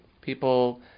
People